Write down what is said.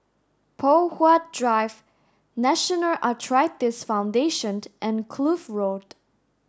Poh Huat Drive National Arthritis Foundation and Kloof Road